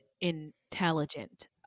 intelligent